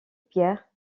pierre